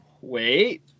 wait